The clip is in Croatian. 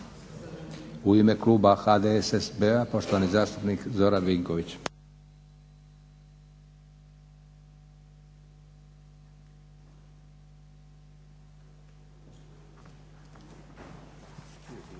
U ime kluba HDSSB-a poštovani zastupnik Zoran Vinković.